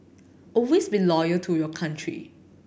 always be loyal to your country